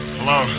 Hello